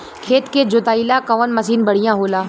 खेत के जोतईला कवन मसीन बढ़ियां होला?